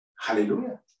Hallelujah